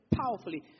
powerfully